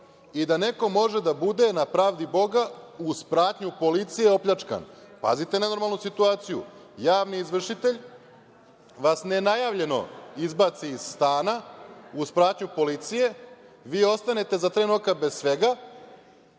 i da neko može da bude na pravdi boga, uz pratnju policije, opljačkan. Pazite nenormalnu situaciju. Javni izvršitelj vas nenajavljeno izbaci iz stana uz pratnju policije, vi ostanete za tren oka bez svega,